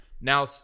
Now